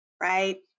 right